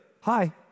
hi